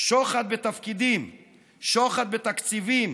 שוחד בתפקידים, שוחד בתקציבים,